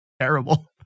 Terrible